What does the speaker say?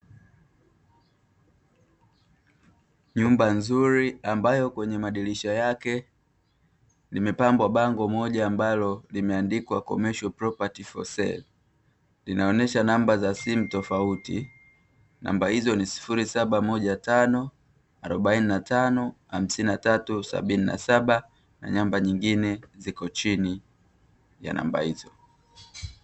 Nyumba nzuri ambayo kwenye madirisha yake lime pambwa bango moja ambalo limeandikwa commercial property for sale linaonyesha namba za simu tofauti namba hizo ni 0715455377 na namba nyingine ziko chini ya namba hizo.